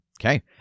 Okay